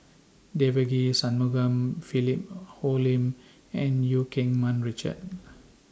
Devagi Sanmugam Philip Hoalim and EU Keng Mun Richard